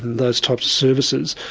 those types of services.